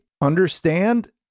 understand